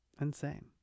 insane